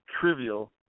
trivial